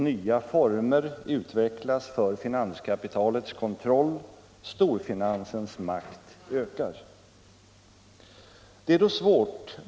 Nya former utvecklas för finanskapitalets kontroll. Storfinansens makt ökar.